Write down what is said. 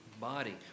body